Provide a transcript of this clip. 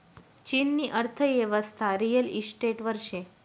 चीननी अर्थयेवस्था रिअल इशटेटवर शे